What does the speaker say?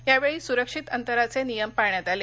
यावेळी सुरक्षित अंतराचे नियम पाळण्यात आले